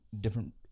different